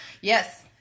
Yes